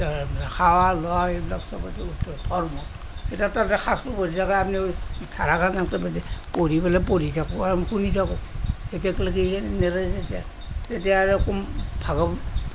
খোৱা লোৱা এইবিলাক চবতকৈ উত্তম ধৰ্ম পঢ়িবলে পঢ়ি থাকোঁ তেতিয়া আৰু ভাগৱত